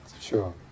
sure